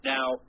Now